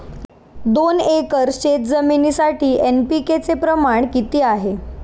दोन एकर शेतजमिनीसाठी एन.पी.के चे प्रमाण किती आहे?